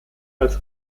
als